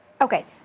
Okay